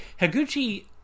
Higuchi